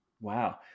wow